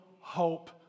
hope